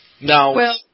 Now